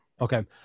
Okay